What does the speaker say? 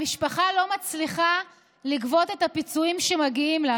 המשפחה לא מצליחה לגבות את הפיצויים שמגיעים לה.